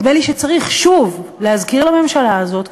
נדמה לי שצריך שוב להזכיר לממשלה הזאת,